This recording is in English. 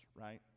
right